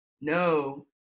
No